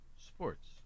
Sports